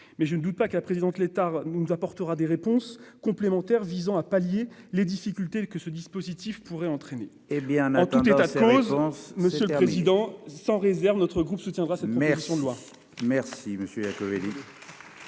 Mais je ne doute pas que Valérie Létard nous apportera des réponses complémentaires visant à pallier les difficultés que ce dispositif pourrait entraîner. En tout état de cause, et malgré cette réserve, notre groupe soutiendra sans réserve cette proposition de loi.